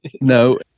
No